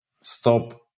stop